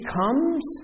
comes